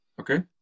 okay